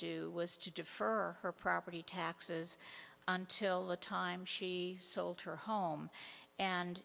do was to defer her property taxes until the time she sold her home and